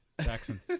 Jackson